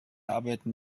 arbeiten